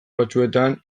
batzuetan